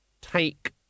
Take